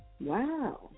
Wow